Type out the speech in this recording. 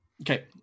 Okay